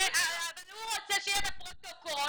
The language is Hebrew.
אבל הוא רוצה שיהיה לפרוטוקול,